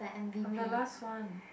I'm the last one